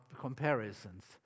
comparisons